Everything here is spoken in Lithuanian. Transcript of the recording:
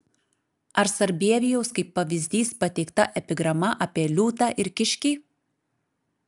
ar sarbievijaus kaip pavyzdys pateikta epigrama apie liūtą ir kiškį